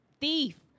thief